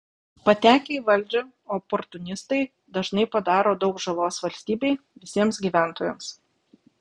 patekę į valdžią oportunistai dažnai padaro daug žalos valstybei visiems gyventojams